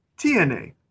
TNA